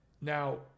Now